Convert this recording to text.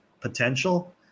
potential